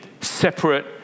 separate